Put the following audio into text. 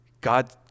God